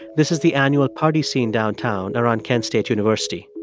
this is the annual party scene downtown around kent state university.